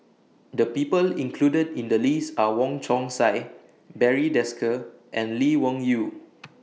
The People included in The list Are Wong Chong Sai Barry Desker and Lee Wung Yew